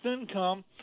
income